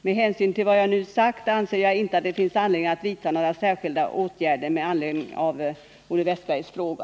Med hänsyn till vad jag nu har sagt anser jag inte att det finns anledning att vidta några särskilda åtgärder med anledning av Olle Wästbergs fråga.